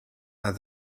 are